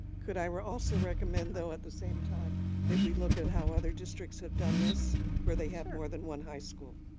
could i also recommend though at the same time that we look at how other districts have done this where they have more than one high school?